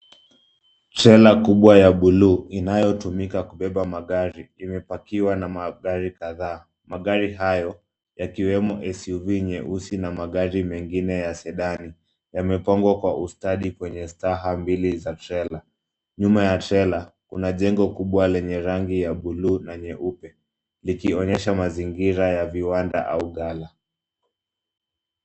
Trela kubwa ya buluu inayotumika kubeba magari imepakiwa na magari kadhaa. Magari hayo yakiwemo SUV nyeusi na magari mengine ya sedani . Yamepangwa kwa ustadi kwenye staha mbili za trela. Nyuma ya trela kuna jengo kubwa lenye rangi ya buluu na nyeupe, likionyesha mazingira ya viwanda au ghala.